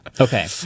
Okay